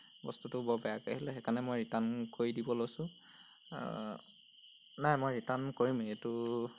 বস্তুতো বৰ বেয়াকৈ আহিলে সেইকাৰণে মই ৰিটাৰ্ণ কৰি দিব লৈছোঁ নাই মই ৰিটাৰ্ণ কৰিমেই এইটো